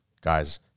Guys